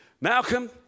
Malcolm